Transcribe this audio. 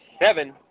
seven